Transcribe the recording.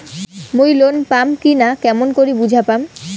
মুই লোন পাম কি না কেমন করি বুঝা পাম?